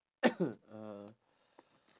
uh